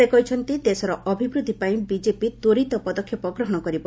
ସେ କହିଛନ୍ତି ଦେଶର ଅଭିବୃଦ୍ଧି ପାଇଁ ବିଜେପି ତ୍ୱରିତ ପଦକ୍ଷେପ ଗ୍ରହଣ କରିବ